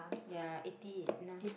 ya eighty enough